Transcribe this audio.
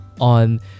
on